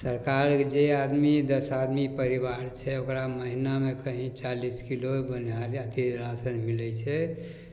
सरकारके जे आदमी दस आदमी परिवार छै ओकरा महिनामे कहीँ चालिस किलो बन्हाएल अथी राशन मिलै छै